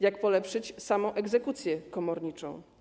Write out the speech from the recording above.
Jak polepszyć samą egzekucję komorniczą?